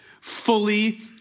fully